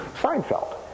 Seinfeld